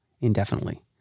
indefinitely